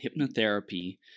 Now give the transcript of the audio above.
hypnotherapy